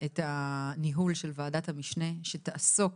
את ניהול של ועדת המשנה, אשר תעסוק